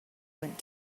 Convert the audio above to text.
went